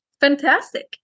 Fantastic